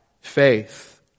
faith